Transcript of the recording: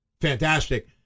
fantastic